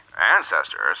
Ancestors